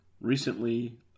Recently